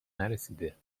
نرسیده